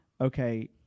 okay